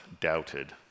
doubted